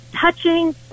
touching